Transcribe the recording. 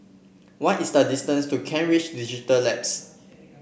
what is the distance to Kent Ridge Digital Labs